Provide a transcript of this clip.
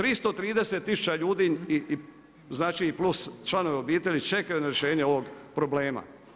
330 ljudi znači, plus članovi obitelji čekaju na rješenje ovog problema.